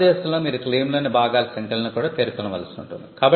భారతదేశంలో మీరు క్లెయిమ్లోని భాగాల సంఖ్యలను కూడా పేర్కొనవలసి ఉంటుంది